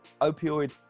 opioid